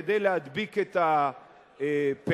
כדי להדביק את הפערים,